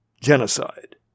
Genocide